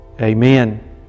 amen